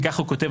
וכך הוא כותב,